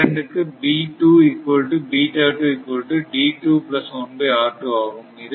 இது சமன்பாடு 42